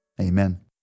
amen